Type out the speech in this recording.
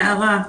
נערה,